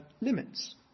limits